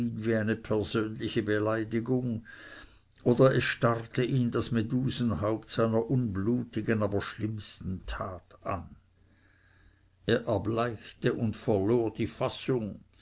wie eine persönliche beleidigung oder es starrte ihn das medusenhaupt seiner unblutigen aber schlimmsten tat an er erbleichte und verlor die fassung